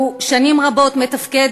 הוא שנים רבות מתפקד,